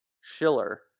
Schiller